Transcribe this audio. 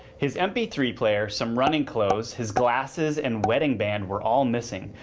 his m p three player, some running clothes, his glasses and wedding band were all missing.